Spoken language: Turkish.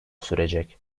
sürecek